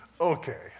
okay